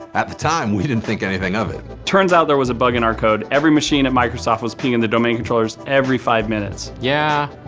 at the time, we didn't think anything of it. turns out there was a bug in our code. every machine at microsoft was pinging the domain controllers every five minutes. yeah,